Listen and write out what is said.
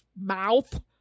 mouth